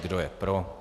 Kdo je pro?